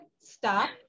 stop